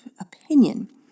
opinion